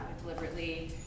deliberately